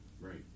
right